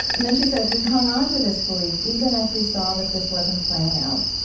and then she says, we hung onto this belief even as we saw that this wasn't playing out.